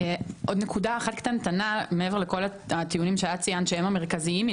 עוד נקודה אחת קטנה מעבר לכל הטיעונים המרכזיים שציינת